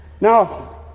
Now